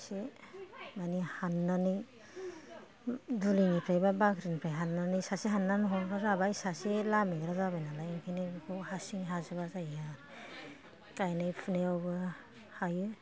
एसे मानि हाननानै दुलिनिफ्रायबा बाख्रिनिफ्राय हाननानै सासे हाननानै हरग्रा जाबाय सासे लामहैग्रा जाबाय नालाय ओंखायनो बेखौ हारसिं हाजोबा जायो गाइनाय फुनायावबो हायो